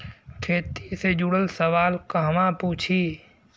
खेती से जुड़ल सवाल कहवा पूछी?